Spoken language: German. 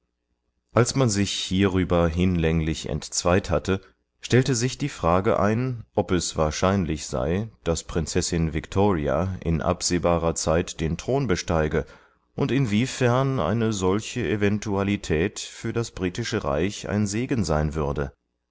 als man sich hierüber hinlänglich entzweit hatte stellte sich die frage ein ob es wahrscheinlich sei daß prinzessin viktoria in absehbarer zeit den thron besteige und inwiefern eine solche eventualität für das britische reich ein segen sein würde